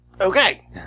Okay